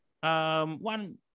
One